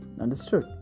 Understood